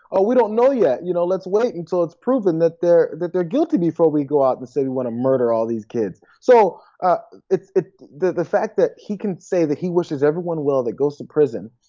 ah we don't know yet. you know let's wait until it's proven that they're that they're guilty before we go out and say we want to murder all these kids. so it's the fact that he can say that he wishes everyone well that goes to prison.